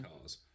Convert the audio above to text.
cars